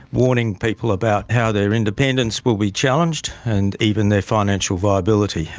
warning people about how their independence will be challenged and even their financial viability,